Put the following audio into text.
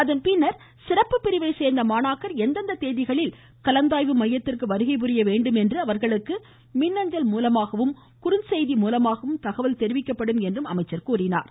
அதன் பின்னர் சிறப்பு பிரிவை சேர்ந்த மாணாக்கர் எந்தெந்த தேதிகளில் கலந்தாய்வு மையத்திற்கு வருகை புரிய வேண்டும் என்று அவர்களுக்கு மின்னஞ்சல் மூலமாகவும் குறுஞ்செய்தி மூலமாகவும் தகவல் தெரிவிக்கப்படும் என்றும் கூறினார்